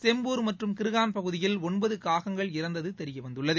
செம்பூர் மற்றும் கிர்கான் பகுதியில் ஒன்பது காகங்கள் இறந்தது தெரியவந்துள்ளது